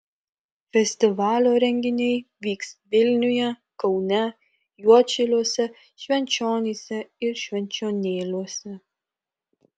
festivalio renginiai vyks vilniuje kaune juodšiliuose švenčionyse ir švenčionėliuose